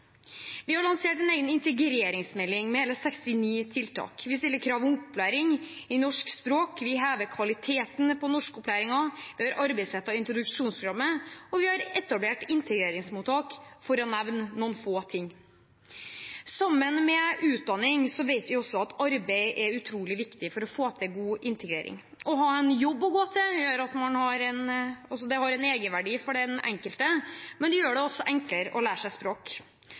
Vi har lansert en egen integreringsmelding med hele 69 tiltak. Vi stiller krav om opplæring i norsk språk. Vi hever kvaliteten på norskopplæringen, vi har arbeidsrettet introduksjonsprogrammet, og vi har etablert integreringsmottak – for å nevne noen få ting. Sammen med utdanning vet vi også at arbeid er utrolig viktig for å få til god integrering. Å ha en jobb å gå til har en egenverdi for den enkelte, men det gjør det også enklere å lære seg språk.